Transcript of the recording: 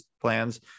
plans